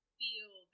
feel